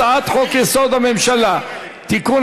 הצעת חוק-יסוד: הממשלה (תיקון,